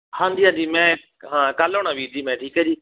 ਹਾਂਜੀ ਹਾਂਜੀ ਮੈਂ ਹਾਂ ਕੱਲ੍ਹ ਆਉਣਾ ਵੀਰ ਜੀ ਮੈਂ ਠੀਕ ਹੈ ਜੀ